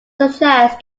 suggests